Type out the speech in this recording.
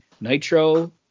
nitro